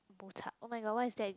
bochup oh-my-god what is that in